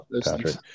Patrick